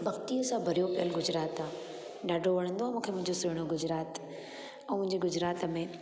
भक्तिअ सां भरियो पियल गुजरात आहे ॾाढो वणंदो आहे मूंखे मुंहिंजो सुहिणो गुजरात ऐं मुंहिंजे गुजरात में